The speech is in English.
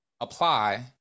apply